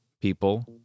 people